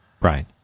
Right